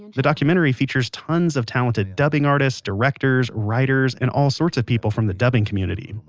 the documentary features tons of talented dubbing artists, directors, writers, and all sorts of people from the dubbing community.